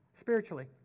spiritually